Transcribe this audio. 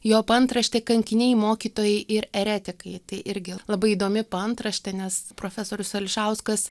jo paantraštė kankiniai mokytojai ir eretikai tai irgi labai įdomi paantraštė nes profesorius ališauskas